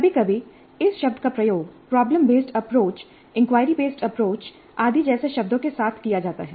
कभी कभी इस शब्द का प्रयोग problem based approach inquiry based approach आदि जैसे शब्दों के साथ किया जाता है